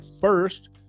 First